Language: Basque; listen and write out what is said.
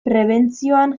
prebentzioan